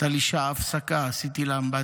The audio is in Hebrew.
הייתה לי שעה הפסקה, עשיתי לה אמבטיה.